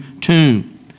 tomb